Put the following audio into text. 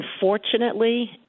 Unfortunately